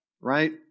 right